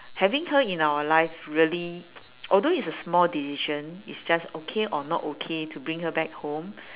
having her in our life really although it's a small decision it's just okay or not okay to bring her back home